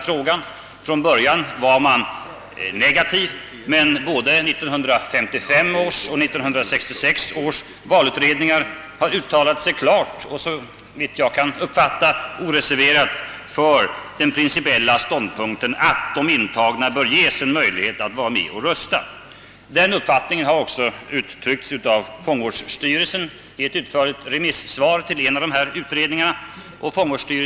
Från början var inställningen negativ, men både 1955 års och 1966 års valutredningar har uttalat sig klart och oreserverat för den principiella ståndpunkten att de intagna bör ges möjlighet att rösta. Den uppfattningen har också fångvårdsstyrelsen uttryckt i ett utförligt remissvar till en av dessa utredningar.